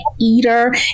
Eater